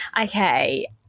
Okay